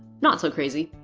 not so crazy.